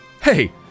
hey